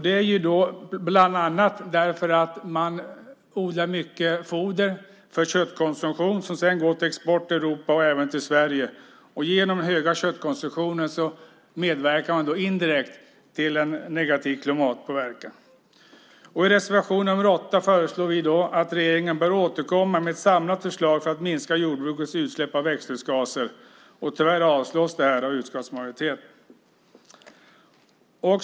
Det är bland annat för att man odlar mycket foder för köttproduktion som sedan går till export i Europa och även till Sverige. Genom den höga köttkonsumtionen medverkar man indirekt till en negativ klimatpåverkan. I reservation nr 8 föreslår vi att regeringen bör återkomma med ett samlat förslag för att minska jordbrukets utsläpp av växthusgaser. Tyvärr avslås det av utskottsmajoriteten.